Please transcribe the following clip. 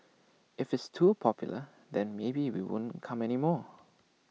if it's too popular then maybe we won't come anymore